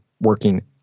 working